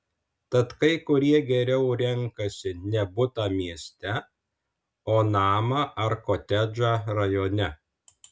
tad kai kurie geriau renkasi ne butą mieste o namą ar kotedžą rajone